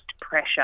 pressure